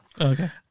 Okay